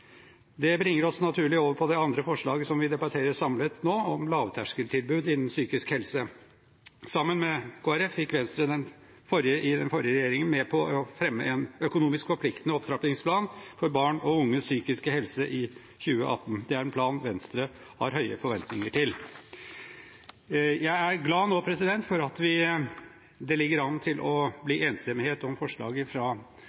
Det bringer oss naturlig over til det andre forslaget som vi debatterer samlet nå, om lavterskeltilbud innen psykisk helse. Sammen med Kristelig Folkeparti fikk Venstre den forrige regjeringen med på å fremme en økonomisk forpliktende opptrappingsplan for barn og unges psykiske helse i 2018. Det er en plan Venstre har høye forventninger til. Jeg er glad for at det nå ligger an til å bli